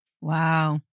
Wow